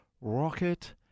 Rocket